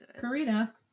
Karina